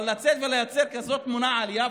אבל לצאת ולייצר כזאת תמונה על יפו,